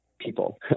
people